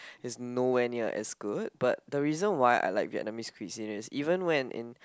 is nowhere near as good but the reason why I like Vietnamese cuisine is even when in